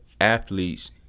athletes